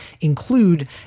include